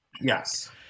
Yes